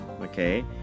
okay